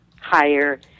higher